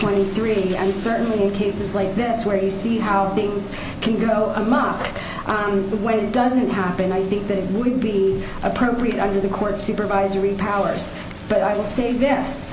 twenty three and certainly in cases like this where you see how things can go amok on the way that doesn't happen i think that would be appropriate under the court's supervisory powers but i will say this